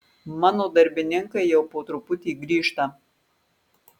mano darbininkai jau po truputį grįžta